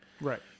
Right